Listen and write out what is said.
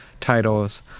titles